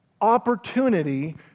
opportunity